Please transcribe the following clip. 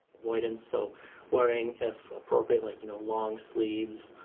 avoidance so wearing if appropriate like you know long sleeves,